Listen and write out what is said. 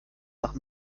nach